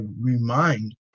remind